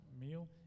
meal